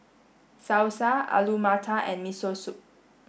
Salsa Alu Matar and Miso Soup